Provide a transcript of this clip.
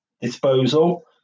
disposal